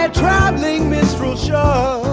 ah traveling minstrel show.